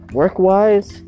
work-wise